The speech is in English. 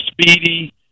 speedy